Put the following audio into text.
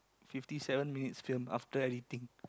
fifty seven minutes film after editing